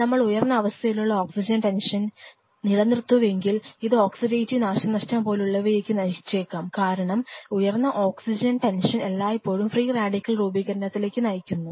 നമ്മൾ ഉയർന്ന അവസ്ഥയിലുള്ള ഓക്സിജൻ ടെൻഷൻ നിലനിർത്തുന്നുവെങ്കിൽ ഇത് ഓക്സിഡേറ്റീവ് നാശനഷ്ടം പോലുള്ളവയിലേക്കു നയിച്ചേക്കാം കാരണം ഉയർന്ന ഓക്സിജൻ ടെൻഷൻ എല്ലായ്പ്പോഴും ഫ്രീ റാഡിക്കൽ രൂപീകരണത്തിലേക്ക് നയിക്കുന്നു